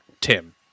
Tim